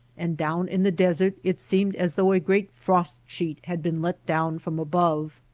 and down in the desert it seemed as though a great frost-sheet had been let down from above.